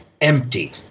empty